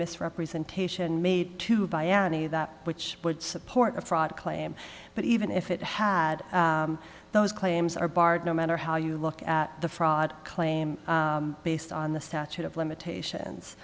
misrepresentation made to bayani that which would support a fraud claim but even if it had those claims are barred no matter how you look at the fraud claim based on the statute of limitations